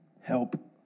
help